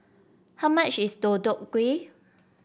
how much is Deodeok Gui